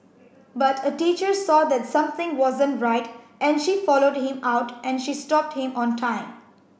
but a teacher saw that something wasn't right and she followed him out and she stopped him on time